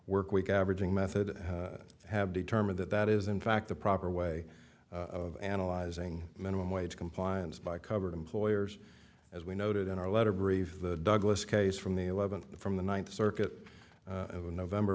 week averaging method have determined that that is in fact the proper way of analyzing minimum wage compliance by covered employers as we noted in our letter brief the douglas case from the eleventh from the ninth circuit in november